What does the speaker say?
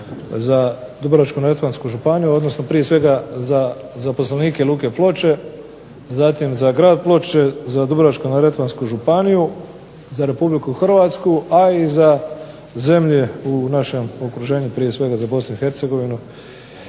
za Dubrovačko-neretvansku županiju, odnosno prije svega za zaposlenike luke Ploče, zatim za grad Ploče, za Dubrovačko-neretvansku županiju, za Republiku Hrvatsku, a i za zemlje u našem okruženju, prije svega za Bosnu